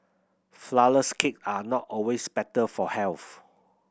flourless cake are not always better for health